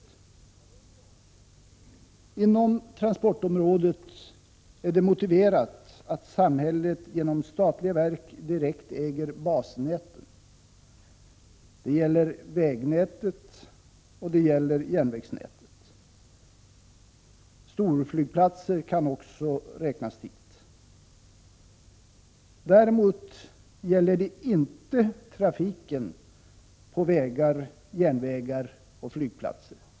Inom transportområdet är det motiverat att samhället genom statliga verk direkt äger basnäten. Det gäller vägnätet och det gäller järnvägsnätet. Storflygplatser kan också räknas hit. Däremot gäller det inte trafiken på vägar, järnvägar och flygplatser.